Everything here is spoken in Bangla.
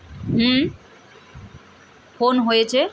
হুম ফোন হয়েছে